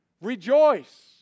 rejoice